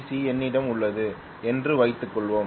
C என்னிடம் உள்ளது என்று வைத்துக்கொள்வோம்